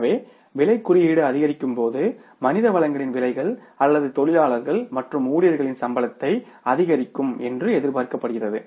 எனவே விலைக் குறியீடு அதிகரிக்கும் போது மனித வளங்களின் விலைகள் அல்லது தொழிலாளர்கள் மற்றும் ஊழியர்களின் சம்பளத்தை அதிகரிக்கும் என்று எதிர்பார்க்கப்படுகிறது